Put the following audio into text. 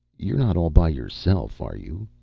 you're not all by yourself, are you?